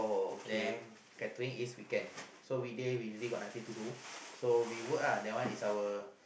then catering is we can so weekday we usually got nothing to do so we work uh that one is our